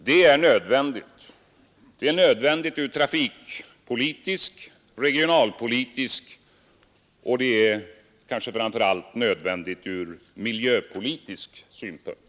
Detta är nödvändigt ur trafikpolitisk, regionalpolitisk och kanske framför allt miljöpolitisk synpunkt.